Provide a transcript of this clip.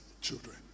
children